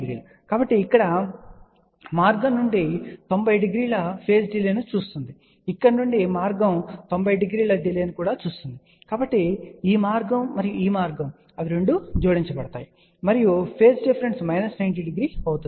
కాబట్టి ఇక్కడ మార్గం నుండి 90 డిగ్రీల డిలే ను చూస్తుంది ఇక్కడ నుండి మార్గం 90 డిగ్రీల డిలే ను కూడా చూస్తుంది కాబట్టి ఈ మార్గం మరియు ఈ మార్గం అవి జోడించబడుతాయి మరియు ఫేజ్ డిఫరెన్స్ మైనస్ 90 డిగ్రీ అవుతుంది